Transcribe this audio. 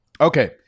Okay